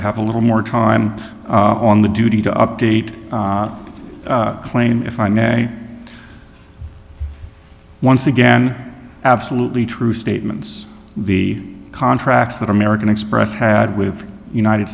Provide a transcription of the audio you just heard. i have a little more time on the duty to update claim if i may once again absolutely true statements the contracts that american express had with the united